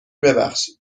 ببخشید